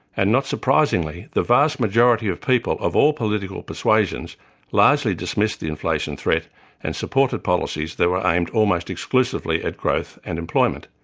and not surprisingly, the vast majority of people of all political persuasions largely dismissed the inflation threat and supported policies that were aimed almost exclusively at growth and employment.